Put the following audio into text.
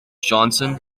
johnson